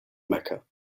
mecca